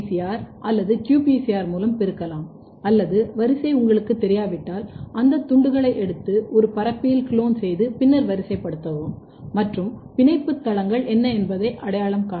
R அல்லது qPCR மூலம் பெருக்கலாம் அல்லது வரிசை உங்களுக்குத் தெரியாவிட்டால் அந்த துண்டுகளை எடுத்து ஒரு பரப்பியில் குளோன் செய்து பின்னர் வரிசைப் படுத்தவும் மற்றும் பிணைப்பு தளங்கள் என்ன என்பதை அடையாளம் காணவும்